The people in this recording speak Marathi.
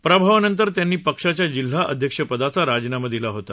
पराभवानंतर त्यांनी पक्षाच्या जिल्हा अध्यक्षपदाचा राजीनामा दिला होता